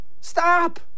Stop